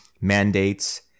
mandates